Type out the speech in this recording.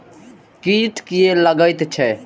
कीट किये लगैत छै?